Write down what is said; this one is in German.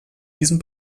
diesem